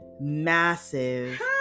massive